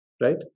Right